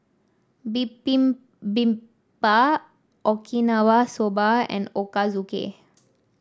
Okinawa Soba and Ochazuke